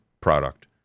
product